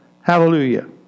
Hallelujah